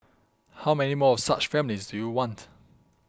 how many more of such families do you want